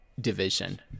division